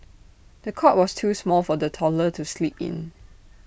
the cot was too small for the toddler to sleep in